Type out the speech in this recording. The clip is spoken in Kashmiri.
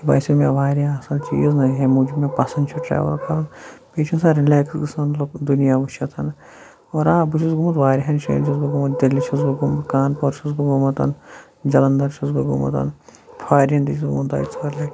یہِ باسیٚو مےٚ واریاہ اَصٕل چیٖز نہ ییٚمہِ موٗجوٗب مےٚ پَسنٛد چھُ ٹرٛیٚوٕل کَرُن بیٚیہِ چھُ اِنسان رٕلیکٕس گژھان لُکھ دُنیا وُچھِتھ اور آ بہٕ چھُس گوٚمُت واریاہَن جایَن چھُس بہٕ گوٚمُت دِلہِ چھُس بہٕ گوٚمُت کانپوٗر چھُس بہٕ گوٚمُت جھَلندر چھُس بہٕ گوٚمُت فارنۍ تہِ چھُس گوٚمُت دۄیہِ ژورِ لَٹہِ